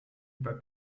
über